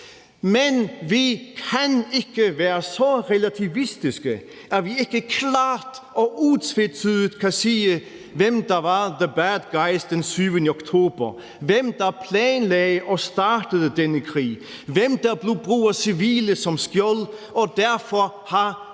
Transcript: Men vi kan ikke være så relativistiske, at vi ikke klart og utvetydigt kan sige, hvem der var the bad guys den 7. oktober – hvem der planlagde og startede denne krig, hvem der gjorde brug af civile som skjold og derfor har hele